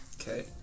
Okay